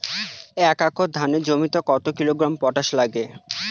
এক একর ধানের জমিতে কত কিলোগ্রাম পটাশ লাগে?